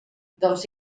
dels